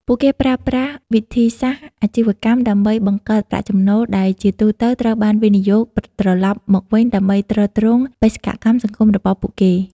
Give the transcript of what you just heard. ពួកគេប្រើប្រាស់វិធីសាស្រ្តអាជីវកម្មដើម្បីបង្កើតប្រាក់ចំណូល ដែលជាទូទៅត្រូវបានវិនិយោគត្រឡប់មកវិញដើម្បីទ្រទ្រង់បេសកកម្មសង្គមរបស់ពួកគេ។